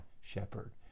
shepherd